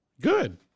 Good